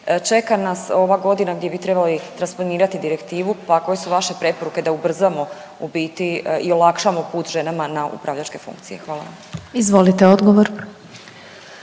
Čeka nas ova godina gdje bi trebali transponirati direktivu pa koje su vaše preporuke da ubrzamo u biti i olakšamo put ženama na upravljačke funkcije. Hvala vam.